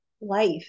life